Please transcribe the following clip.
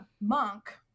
monk